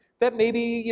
that maybe, you